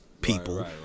people